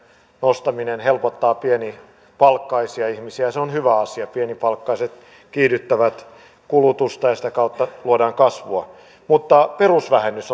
nostaminen helpottaa pienipalkkaisia ihmisiä ja se on hyvä asia pienipalkkaiset kiihdyttävät kulutusta ja sitä kautta luodaan kasvua mutta perusvähennys